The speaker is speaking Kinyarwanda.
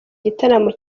gitaramo